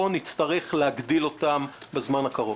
או נצטרך להגדיל אותם בזמן הקרוב?